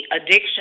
addiction